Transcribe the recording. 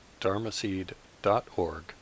dharmaseed.org